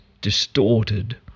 distorted